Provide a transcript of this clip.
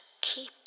keep